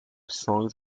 songs